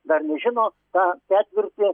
dar nežino tą ketvirtį